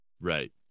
Right